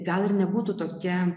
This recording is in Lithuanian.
gal ir nebūtų tokia